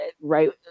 right